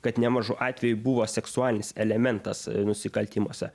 kad nemažu atveju buvo seksualinis elementas nusikaltimuose